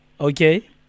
Okay